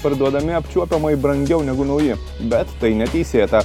parduodami apčiuopiamai brangiau negu nauji bet tai neteisėta